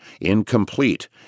incomplete